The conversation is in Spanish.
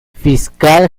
fiscal